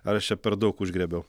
ar aš čia per daug užgriebiau